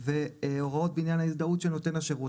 הוראות בעניין ההזדהות של נותן השירות.